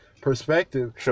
perspective